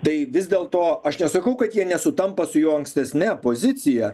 tai vis dėlto aš nesakau kad jie nesutampa su jo ankstesne pozicija